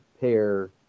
pair